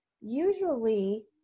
usually